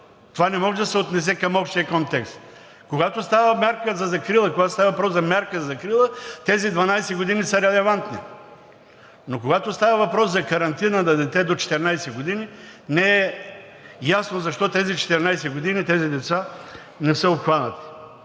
Това не може да се отнесе към общия контекст. Когато става въпрос за мярка за закрила, тези 12 години са релевантни. Но когато става въпрос за карантина на дете до 14 години, не е ясно защо тези 14 години – тези деца не са обхванати.